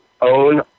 own